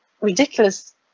ridiculous